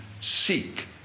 Seek